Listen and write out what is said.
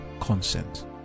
consent